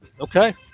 Okay